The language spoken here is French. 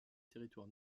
territoire